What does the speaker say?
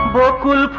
berkeley